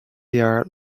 jaar